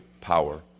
power